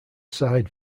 side